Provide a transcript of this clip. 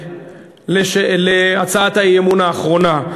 להצעת האי-אמון האחרונה,